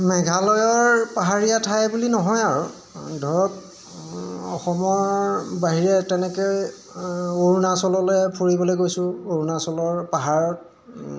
মেঘালয়ৰ পাহাৰীয়া ঠাই বুলি নহয় আৰু ধৰক অসমৰ বাহিৰে তেনেকৈ অৰুণাচললৈ ফুৰিবলৈ গৈছোঁ অৰুণাচলৰ পাহাৰত